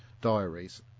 diaries